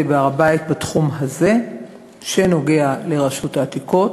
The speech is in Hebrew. בהר-הבית בתחום הזה שנוגע לרשות העתיקות,